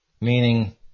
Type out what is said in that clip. meaning